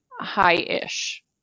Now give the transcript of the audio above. high-ish